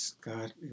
God